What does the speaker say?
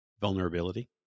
vulnerability